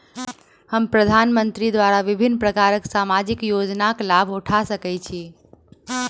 हम प्रधानमंत्री द्वारा विभिन्न प्रकारक सामाजिक योजनाक लाभ उठा सकै छी?